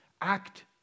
act